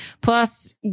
plus